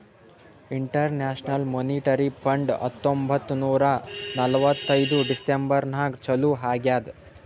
international monetary fund ಹತ್ತೊಂಬತ್ತ್ ನೂರಾ ನಲ್ವತ್ತೈದು ಡಿಸೆಂಬರ್ ನಾಗ್ ಚಾಲೂ ಆಗ್ಯಾದ್